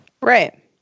Right